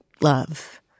love